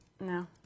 no